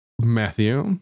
Matthew